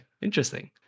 interesting